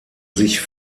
sich